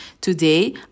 Today